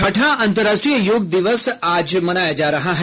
छठा अंतर्राष्ट्रीय योग दिवस आज मनाया जा रहा है